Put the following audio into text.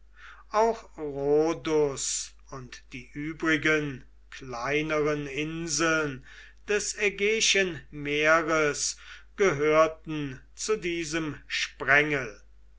auch rhodus und die übrigen kleineren inseln des ägäischen meeres gehörten zu diesem sprengel